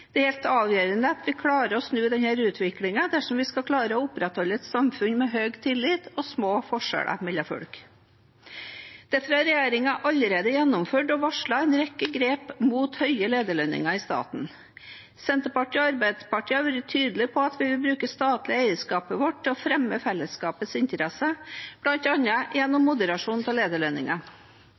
Det er helt avgjørende at vi klarer å snu denne utviklingen dersom vi skal klare å opprettholde et samfunn med høy tillit og små forskjeller mellom folk. Derfor har regjeringen allerede gjennomført og varslet en rekke grep mot høye lederlønninger i staten. Senterpartiet og Arbeiderpartiet har vært tydelige på at vi vil bruke det statlige eierskapet vårt til å fremme fellesskapets interesser, bl.a. gjennom moderasjon av